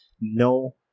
no